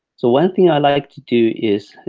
so one thing i like to do is,